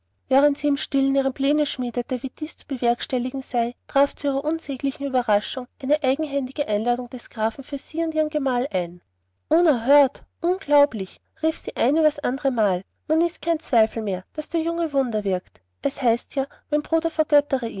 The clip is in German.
während sie im stillen ihre pläne schmiedete wie dies zu bewerkstelligen sei traf zu ihrer unsäglichen ueberraschung eine eigenhändige einladung des grafen für sie und ihren gemahl ein unerhört unglaublich rief sie ein über's andre mal nun ist kein zweifel mehr daß der junge wunder wirkt es heißt ja mein bruder vergöttere